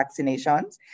vaccinations